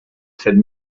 set